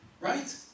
right